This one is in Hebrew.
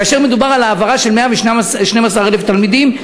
כאשר מדובר על העברה של 112,000 תלמידים,